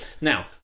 Now